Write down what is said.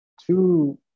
two